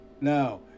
Now